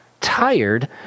tired